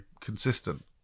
consistent